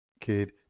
kid